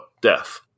death